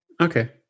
Okay